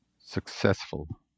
successful